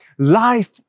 Life